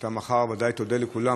אתה מחר ודאי תודה לכולם,